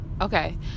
Okay